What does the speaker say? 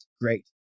great